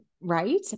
Right